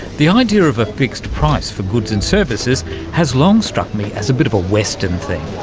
the idea of a fixed price for goods and services has long struck me as a bit of a western thing.